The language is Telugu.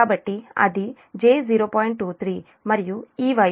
23 మరియు ఈ వైపు మీ j0